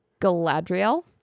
Galadriel